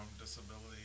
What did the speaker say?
disability